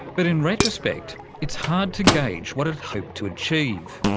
but in retrospect it's hard to gauge what it hoped to achieve.